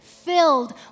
Filled